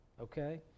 okay